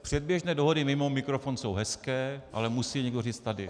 Předběžné dohody mimo mikrofon jsou hezké, ale musí je někdo říct tady.